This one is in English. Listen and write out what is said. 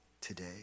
today